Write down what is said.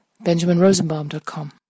BenjaminRosenbaum.com